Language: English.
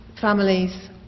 families